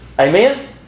Amen